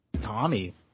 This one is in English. Tommy